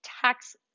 tax